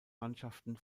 mannschaften